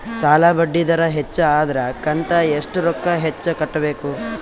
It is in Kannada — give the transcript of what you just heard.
ಸಾಲಾ ಬಡ್ಡಿ ದರ ಹೆಚ್ಚ ಆದ್ರ ಕಂತ ಎಷ್ಟ ರೊಕ್ಕ ಹೆಚ್ಚ ಕಟ್ಟಬೇಕು?